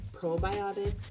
probiotics